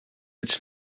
its